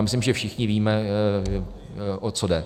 Myslím, že všichni víme, o co jde.